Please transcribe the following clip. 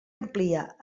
amplia